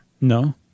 No